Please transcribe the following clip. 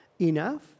enough